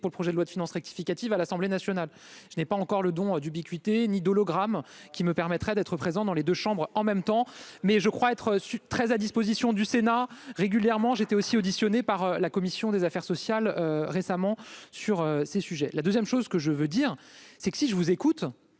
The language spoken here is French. pour le projet de loi de finances rectificative à l'Assemblée nationale, je n'ai pas encore le don d'ubiquité, ni d'hologrammes qui me permettrait d'être présent dans les 2 chambres en même temps, mais je crois être 13 à disposition du Sénat régulièrement, j'étais aussi auditionné par la commission des affaires sociales récemment. Sur ces sujets, la 2ème, chose que je veux dire, c'est que si je vous écoute,